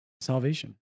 salvation